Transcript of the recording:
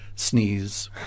Sneeze